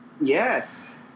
Yes